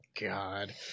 God